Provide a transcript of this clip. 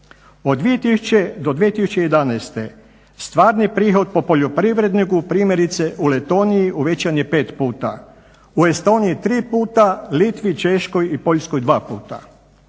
Od 2000. do 2011. stvarni prihod po poljoprivredniku primjerice u Letoniji uvećan je pet puta, u Estoniji tri puta, Litvi, Češkoj i Poljskoj dva puta.